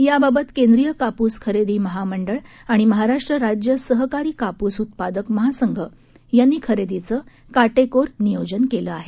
याबाबत केंद्रीय कापूस खरेदी महामंडळ आणि महाराष्ट्र राज्य सहकारी कापूस उत्पादक महासंघ यांनी खरेदीचं काटेकोर नियोजन केलं आहे